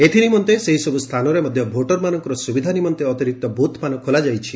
ଏଥିନିମନ୍ତେ ସେହିସବୁ ସ୍ଥାନରେ ମଧ୍ଧ ଭୋଟରମାନଙ୍ଙ ସୁବିଧା ନିମନ୍ତେ ଅତିରିକ୍ତ ବୃଥ୍ମାନ ଖୋଲାଯାଇଛି